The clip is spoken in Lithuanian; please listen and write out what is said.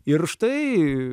ir štai